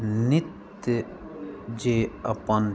नित्य जे अपन